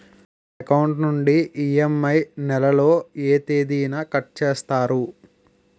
నా అకౌంట్ నుండి ఇ.ఎం.ఐ నెల లో ఏ తేదీన కట్ చేస్తారు?